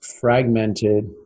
fragmented